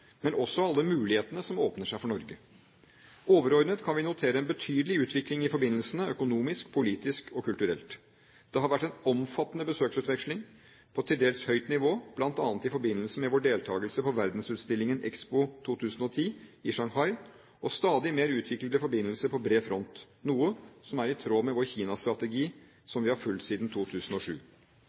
men også alle mulighetene som åpner seg for Norge. Overordnet kan vi notere en betydelig utvikling i forbindelsene – økonomisk, politisk og kulturelt. Det har vært en omfattende besøksutveksling, på til dels høyt nivå, bl.a. i forbindelse med vår deltakelse på Verdensutstillingen Expo 2010 i Shanghai, og stadig mer utviklede forbindelser på bred front, noe som er i tråd med vår Kina-strategi, som vi har fulgt siden 2007.